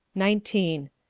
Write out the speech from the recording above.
nineteen.